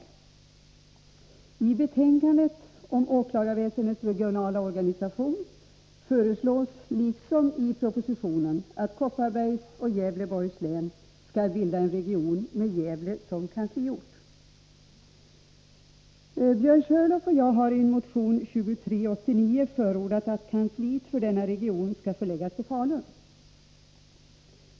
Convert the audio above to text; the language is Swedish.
I justitieutskottets betänkande om åklagarväsendets regionala organisation, liksom i propositionen, föreslås att Kopparbergs och Gävleborgs län skall bilda en region med Gävle som kansliort. Björn Körlof och jag har i en motion, nr 1982/83:2389, förordat att kansliet för denna region skall förläggas till Falun.